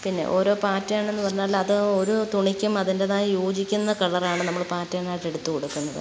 പിന്നെ ഓരോ പറ്റണേയെന്നു പറഞ്ഞാൽ അത് ഓരോ തുണിക്കും അതിൻ്റേതായ യോജിക്കുന്ന കളറാണ് നമ്മൾ പാറ്റേണായിട്ട് എടുത്തുകൊടുക്കുന്നത്